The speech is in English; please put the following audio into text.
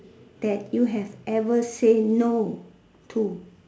that you have ever say no to